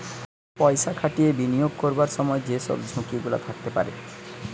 পয়সা খাটিয়ে বিনিয়োগ করবার সময় যে সব ঝুঁকি গুলা থাকতে পারে